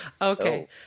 Okay